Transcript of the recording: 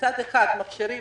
מצד אחד, מכשירים